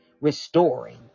restoring